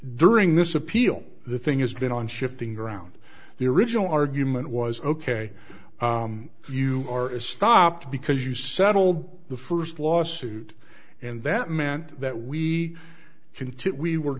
during this appeal the thing has been on shifting ground the original argument was ok you are stopped because you settled the first lawsuit and that meant that we